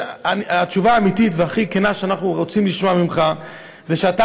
התשובה האמיתית והכי כנה שאנחנו רוצים לשמוע ממך זה שאתה